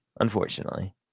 unfortunately